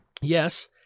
Yes